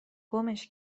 گمش